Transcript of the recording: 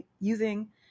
using